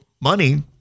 money